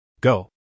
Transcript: Go